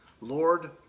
Lord